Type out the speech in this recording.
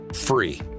free